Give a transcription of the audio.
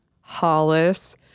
Hollis